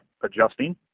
adjusting